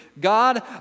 God